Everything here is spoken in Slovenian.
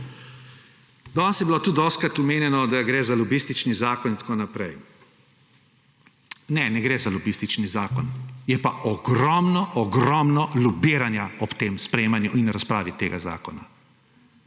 Danes je bilo tudi dostikrat omenjeno, da gre za lobistični zakon in tako naprej. Ne, ne gre za lobistični zakon, je pa ogromno ogromno lobiranja ob tem sprejemanju in razpravi tega zakona.